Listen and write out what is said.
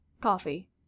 Coffee